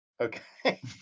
Okay